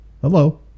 hello